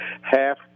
half